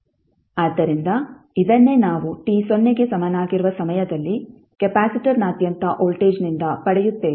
ಆದ್ದರಿಂದ ಇದನ್ನೇ ನಾವು t ಸೊನ್ನೆಗೆ ಸಮನಾಗಿರುವ ಸಮಯದಲ್ಲಿ ಕೆಪಾಸಿಟರ್ನಾದ್ಯಂತ ವೋಲ್ಟೇಜ್ನಿಂದ ಪಡೆಯುತ್ತೇವೆ